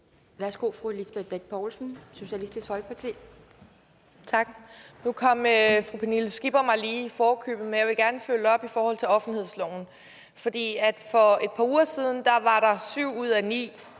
Kl. 15:29 Lisbeth Bech Poulsen (SF): Tak. Nu kom fru Pernille Skipper mig lige i forkøbet, men jeg vil gerne følge op i forhold til offentlighedsloven. For et par uger siden var der syv ud af ni